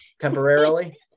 temporarily